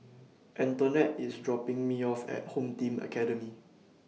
Antonette IS dropping Me off At Home Team Academy